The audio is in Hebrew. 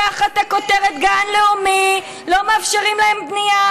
ותחת הכותרת גן לאומי לא מאפשרים להם בנייה,